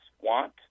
want